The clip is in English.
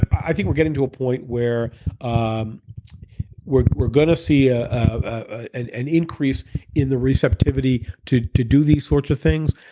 i think we're getting to a point where um we're we're going to see ah an an increase in the receptivity to to do these sorts of things.